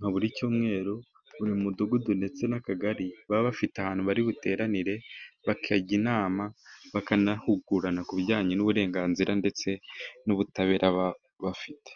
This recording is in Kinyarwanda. nka buri cyumweru, buri mudugudu ndetse n'akagari baba bafite ahantu bari buteranire, bakajya inama, bakanahugurana ku bijyanye n'uburenganzira ndetse n'ubutabera bafite.